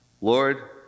Lord